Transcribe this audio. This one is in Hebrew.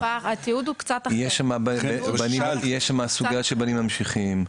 יש שם סוגיה של בנים ממשיכים,